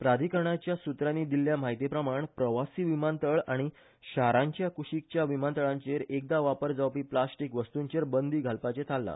प्राधिकरणाच्या सूत्रांनी दिल्ल्या म्हायती प्रमाण प्रवासी विमानतळ आनी शारांच्या कूशीकच्या विमानतळांचेर एकदा वापर जावपी प्लास्टिक वस्तूंचेर बंदी घालपाचे थारला